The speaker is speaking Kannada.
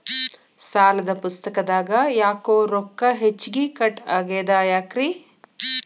ಸಾಲದ ಪುಸ್ತಕದಾಗ ಯಾಕೊ ರೊಕ್ಕ ಹೆಚ್ಚಿಗಿ ಕಟ್ ಆಗೆದ ಯಾಕ್ರಿ?